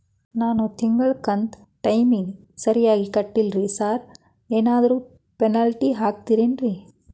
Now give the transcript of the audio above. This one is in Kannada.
ನಾನು ತಿಂಗ್ಳ ಕಂತ್ ಟೈಮಿಗ್ ಸರಿಗೆ ಕಟ್ಟಿಲ್ರಿ ಸಾರ್ ಏನಾದ್ರು ಪೆನಾಲ್ಟಿ ಹಾಕ್ತಿರೆನ್ರಿ?